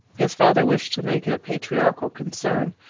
his father wished to make it a patriarchal concern,